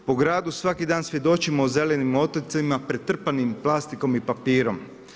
Po gradu svaki dan svjedočimo o zelenim otocima pretrpanim plastikom i papirom.